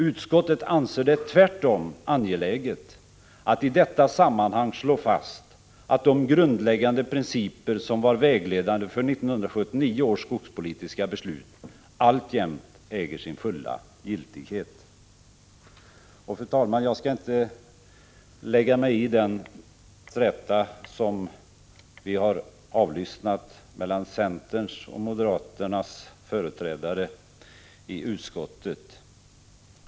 Utskottet anser det tvärtom angläget att i detta sammanhang slå fast att de grundläggande principer som var vägledande för 1979 års skogspolitiska beslut alltjämt äger sin fulla giltighet.” Fru talman! Jag skall inte lägga mig i den träta som vi har avlyssnat mellan centerns och moderaternas företrädare i utskottet.